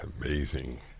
Amazing